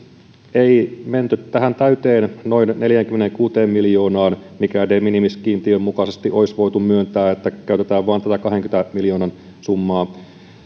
ei menty tähän täyteen noin neljäänkymmeneenkuuteen miljoonaan mikä de minimis kiintiön mukaisesti olisi voitu myöntää vaan käytetään vain tätä kahdenkymmenen miljoonan summaa